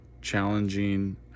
challenging